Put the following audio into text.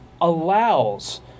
allows